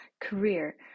career